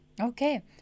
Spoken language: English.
Okay